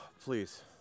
Please